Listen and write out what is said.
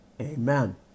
Amen